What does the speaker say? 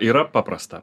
yra paprasta